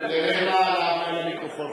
למיקרופון,